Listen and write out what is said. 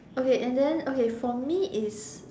okay and then okay for me is